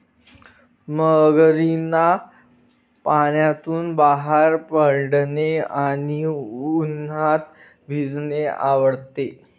मगरींना पाण्यातून बाहेर पडणे आणि उन्हात भिजणे आवडते